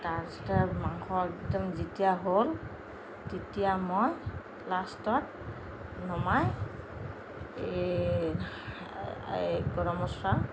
তাৰ পিছতে মাংস একদম যেতিয়া হ'ল তেতিয়া মই লাষ্টত নমাই এই এই গৰম মচলা